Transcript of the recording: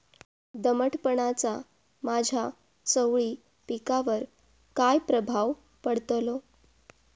दमटपणाचा माझ्या चवळी पिकावर काय प्रभाव पडतलो?